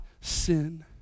sin